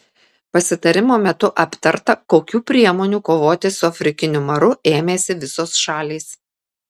pasitarimo metu aptarta kokių priemonių kovoti su afrikiniu maru ėmėsi visos šalys